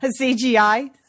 CGI